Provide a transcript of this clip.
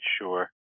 Sure